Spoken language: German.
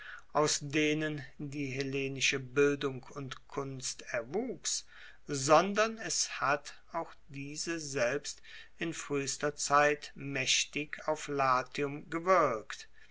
aus denen die hellenische bildung und kunst erwuchs sondern es hat auch diese selbst in fruehester zeit maechtig auf latium gewirkt